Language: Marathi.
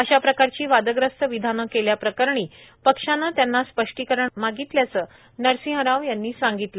अशा प्रकारची वादग्रस्त विधानं केल्या प्रकरणी पक्षानं त्यांना स्पष्टीकरण मागितल्याचं नरसिंहराव यांनी सांगितलं